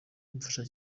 umfasha